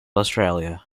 australia